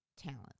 talent